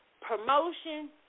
Promotion